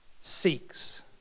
seeks